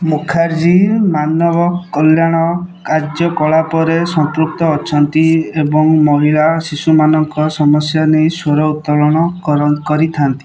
ମୁଖାର୍ଜୀ ମାନବକଲ୍ୟାଣ କାର୍ଯ୍ୟକଳାପରେ ସମ୍ପୃକ୍ତ ଅଛନ୍ତି ଏବଂ ମହିଳା ଶିଶୁମାନଙ୍କ ସମସ୍ୟା ନେଇ ସ୍ୱରଉତ୍ତୋଳନ କରିଥାନ୍ତି